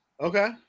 Okay